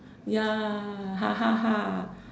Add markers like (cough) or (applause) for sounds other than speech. ya (laughs)